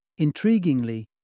Intriguingly